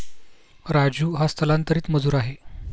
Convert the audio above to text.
राजू हा स्थलांतरित मजूर आहे